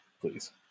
please